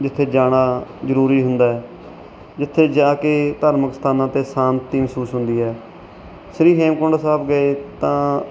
ਜਿੱਥੇ ਜਾਣਾ ਜ਼ਰੂਰੀ ਹੁੰਦਾ ਜਿੱਥੇ ਜਾ ਕੇ ਧਾਰਮਿਕ ਸਥਾਨਾਂ 'ਤੇ ਸ਼ਾਂਤੀ ਮਹਿਸੂਸ ਹੁੰਦੀ ਹੈ ਸ਼੍ਰੀ ਹੇਮਕੁੰਟ ਸਾਹਿਬ ਗਏ ਤਾਂ